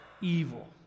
evil